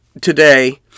today